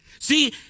See